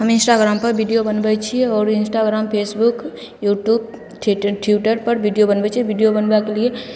हम इन्स्टाग्रामपर वीडिओ बनबै छिए आओर इन्स्टाग्राम फेसबुक यूट्यूब ट्विटरपर वीडिओ बनबै छिए वीडिओ बनबैके लिए